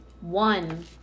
one